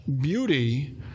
beauty